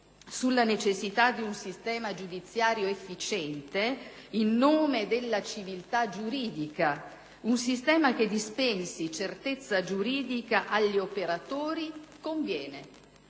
sulla necessità di un sistema giudiziario efficiente, in nome della civiltà giuridica, un sistema che dispensi certezza giuridica agli operatori conviene